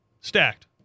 stacked